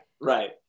right